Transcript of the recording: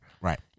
right